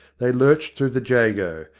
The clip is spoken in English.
they lurched through the jago,